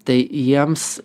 tai jiems